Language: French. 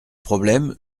problème